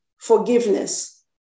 forgiveness